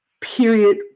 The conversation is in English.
Period